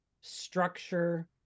structure